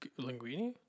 Linguini